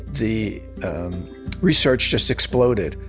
the research just exploded.